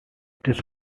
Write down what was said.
this